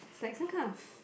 it's like some kind of